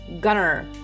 gunner